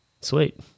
Sweet